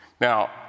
Now